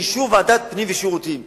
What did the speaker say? באישור ועדת הפנים והשירותים.